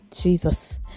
Jesus